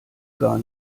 gar